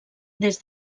des